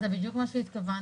זה בדיוק מה שהתכוונתי.